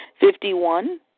Fifty-one